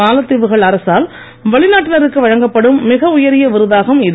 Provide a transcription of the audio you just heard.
மாலத்தீவுகள் அரசால் வெளிநாட்டினருக்கு வழங்கப்படும் மிக உயரிய விருதாகும் இது